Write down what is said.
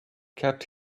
kept